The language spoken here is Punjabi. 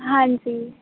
ਹਾਂਜੀ